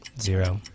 zero